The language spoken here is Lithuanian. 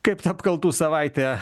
kaip ta apkaltų savaitė